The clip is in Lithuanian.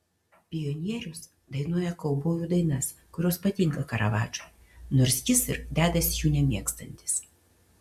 pionierius dainuoja kaubojų dainas kurios patinka karavadžui nors jis ir dedasi jų nemėgstantis